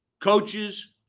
coaches